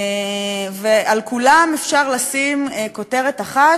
ועל כולם אפשר לשים כותרת אחת,